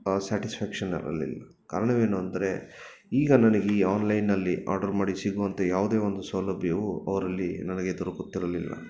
satisfaction ಇರಲಿಲ್ಲ ಕಾರಣವೇನು ಅಂದರೆ ಈಗ ನನಗೆ ಈ ಆನ್ಲೈನಲ್ಲಿ ಆರ್ಡರ್ ಮಾಡಿ ಸಿಗುವಂಥ ಯಾವುದೇ ಒಂದು ಸೌಲಭ್ಯವೂ ಅವರಲ್ಲಿ ನನಗೆ ದೊರಕುತ್ತಿರಲಿಲ್ಲ